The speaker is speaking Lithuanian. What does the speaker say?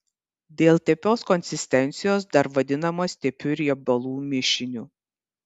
dėl tepios konsistencijos dar vadinamas tepiu riebalų mišiniu